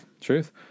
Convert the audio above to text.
Truth